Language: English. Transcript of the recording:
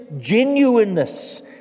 genuineness